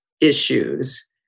issues